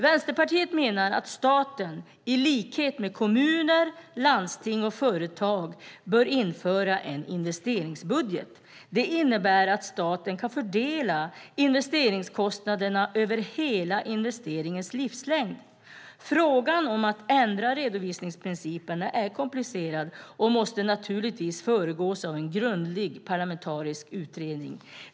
Vänsterpartiet menar att staten, i likhet med kommuner, landsting och företag, bör införa en investeringsbudget. Det innebär att staten kan fördela investeringskostnaderna över hela investeringens livslängd. Frågan om att ändra redovisningsprinciperna är komplicerad, och en ändring måste naturligtvis föregås av en grundlig parlamentarisk utredning.